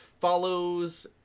follows